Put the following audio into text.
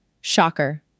Shocker